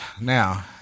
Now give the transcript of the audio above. Now